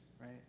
right